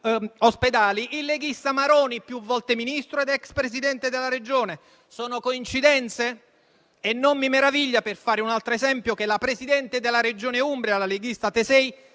ospedali il leghista Maroni, più volte Ministro ed ex Presidente della Regione. Sono coincidenze? Non mi meraviglia neanche - per fare un altro esempio - che la Presidente della Regione Umbria, la leghista Tesei,